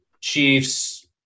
chiefs